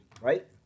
right